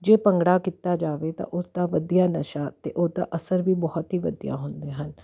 ਜੇ ਭੰਗੜਾ ਕੀਤਾ ਜਾਵੇ ਤਾਂ ਉਸ ਦਾ ਵਧੀਆ ਨਸ਼ਾ ਅਤੇ ਉਹਦਾ ਅਸਰ ਵੀ ਬਹੁਤ ਹੀ ਵਧੀਆ ਹੁੰਦੇ ਹਨ